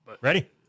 Ready